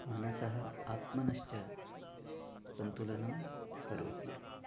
मनसः आत्मनश्च सन्तुलनं करोति